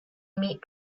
meat